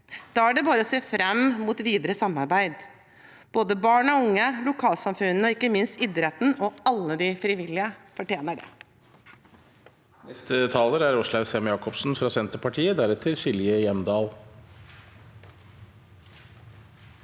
Da er det bare å se fram mot videre samarbeid – både barn og unge, lokalsamfunnene og ikke minst idretten og alle de frivillige fortjener det.